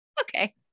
okay